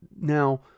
Now